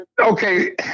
okay